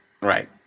Right